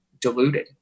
diluted